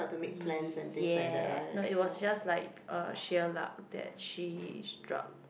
y~ yeah no it was just like uh sheer luck that she is drunk